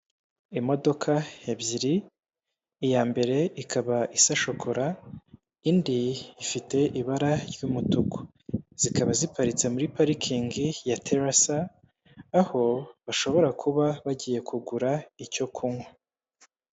Imodoka ebyiri, iya mbere ikaba isa shokora, indi ifite ibara ry'umutuku. Zikaba ziparitse muri parikingi ya terasa, aho bashobora kuba bagiye kugura icyo kunywa.